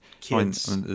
kids